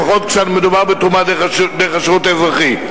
לפחות כאשר מדובר בתרומה דרך השירות האזרחי.